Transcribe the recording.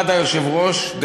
היושב-ראש עמד,